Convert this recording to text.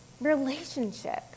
relationship